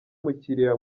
umukiriya